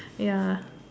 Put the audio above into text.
ya